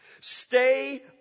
stay